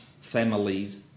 families